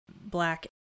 black